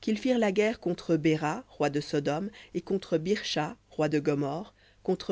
qu'ils firent la guerre contre béra roi de sodome et contre birsha roi de gomorrhe